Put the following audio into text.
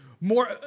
More